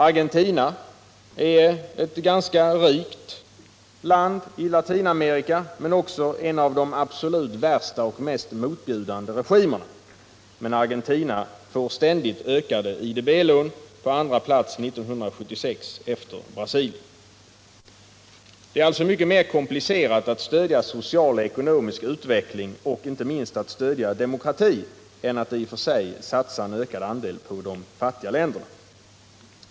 Argentina är ett ganska rikt land i Latinamerika men också en av de absolut värsta och mest motbjudande regimerna, men Argentina får ständigt ökade IDB-lån — på andra plats 1976 efter Brasilien. Det är alltså mycket mera komplicerat att stödja social och ekonomisk utveckling och inte minst att stödja demokrati än att satsa en ökad andel på de fattiga länderna.